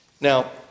Now